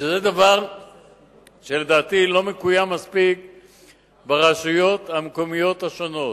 דבר שלדעתי לא מקוים מספיק ברשויות המקומיות השונות.